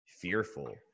fearful